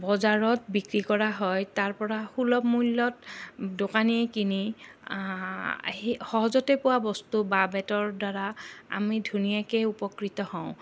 বজাৰত বিক্ৰী কৰা হয় তাৰপৰা সুলভ মূল্যত দোকানীয়ে কিনি সেই সহজতে পোৱা বস্তু বাঁহ বেতৰ দ্বাৰা আমি ধুনীয়াকে উপকৃত হওঁ